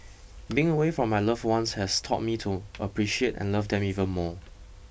being away from my loved ones has taught me to appreciate and love them even more